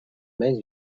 mes